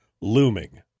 looming